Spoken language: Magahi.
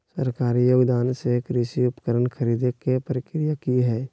सरकारी योगदान से कृषि उपकरण खरीदे के प्रक्रिया की हय?